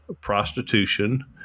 prostitution